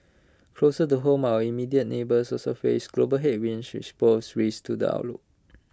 closer to home our immediate neighbours also face global headwinds which pose risks to the outlook